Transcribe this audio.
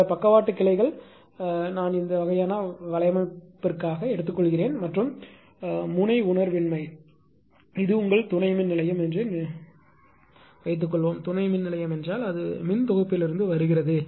சில பக்கவாட்டு கிளைகள் நான் இந்த வகையான வலையமைப்பிற்காக எடுத்துக்கொள்கிறேன் மற்றும் முனை உணர்வின்மை இது உங்கள் துணை மின்நிலையம் என்று நினைக்கிறேன் துணை மின் நிலையம் என்றால் அது மின்தொகுப்பிலிருந்து வருகிறது